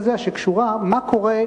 שקשורה: מה קורה,